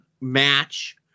match